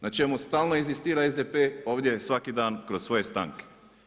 Na čemu stalno inzistira SDP ovdje svaki dan kroz svoje stanke.